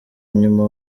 nyuma